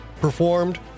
performed